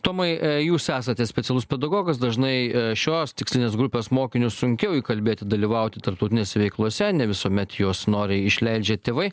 tomai jūs esate specialus pedagogas dažnai šios tikslinės grupės mokinius sunkiau įkalbėti dalyvauti tarptautinėse veiklose ne visuomet juos noriai išleidžia tėvai